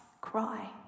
cry